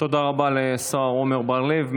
תודה רבה לשר עמר בר לב.